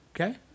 okay